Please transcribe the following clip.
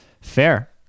Fair